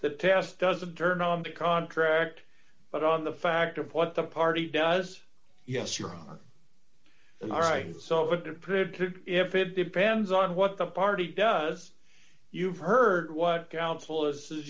the test doesn't turn on the contract but on the fact of what the party does yes you're on the right so if it depends on what the party does you've heard what councillors